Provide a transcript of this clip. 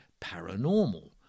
paranormal